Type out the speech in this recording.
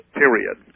period